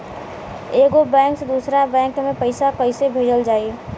एगो बैक से दूसरा बैक मे पैसा कइसे भेजल जाई?